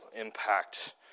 impact